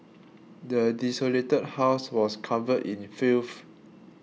the desolated house was covered in filth